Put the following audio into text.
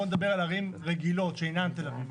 בואו נדבר על ערים רגילות שאינן תל אביב.